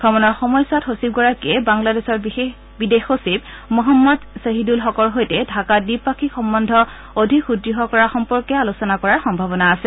ভ্ৰমণৰ সময়ছোৱাত সচিবগৰাকীয়ে বাংলাদেশৰ বিদেশ সচিব মহম্মদ ছহিদুল হকৰ সৈতে ঢাকাত দ্বিপাক্ষিক সম্বন্ধ অধিক সুদৃঢ় কৰাৰ সম্পৰ্কে আলোচনা কৰাৰ সম্ভাৱনা আছে